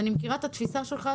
השר, אני מכירה את התפיסה שלך.